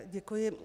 Děkuji.